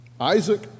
Isaac